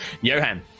Johan